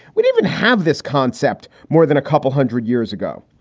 we even have this concept more than a couple hundred years ago.